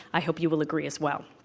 i hope you will agree as well.